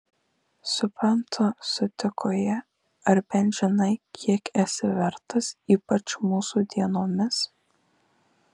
suprantu sutiko ji ar bent žinai kiek esi vertas ypač mūsų dienomis